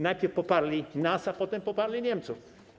Najpierw poparli nas, a potem poparli Niemców.